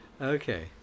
Okay